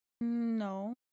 No